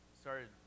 started